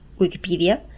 Wikipedia